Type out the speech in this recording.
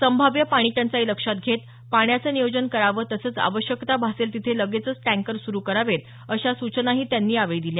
संभाव्य पाणीटंचाई लक्षात घेत पाण्याचं नियोजन करावं तसंच आवश्यकता भासेल तिथे लगेचच टँकर सुरू करावेत अशा सूचनाही त्यांनी दिल्या